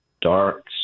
dark